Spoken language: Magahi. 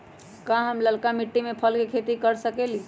का हम लालका मिट्टी में फल के खेती कर सकेली?